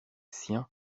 siens